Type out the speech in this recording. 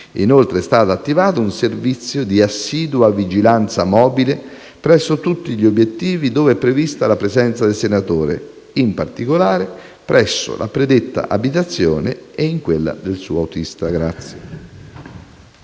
Inoltre, è stato attivato un servizio di assidua vigilanza mobile presso tutti gli obiettivi dove è prevista la presenza del senatore, in particolare presso la predetta abitazione e in quella del suo autista.